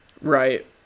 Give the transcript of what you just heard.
right